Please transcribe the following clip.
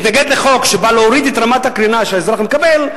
מתנגד לחוק שבא להוריד את רמת הקרינה שהאזרח מקבל,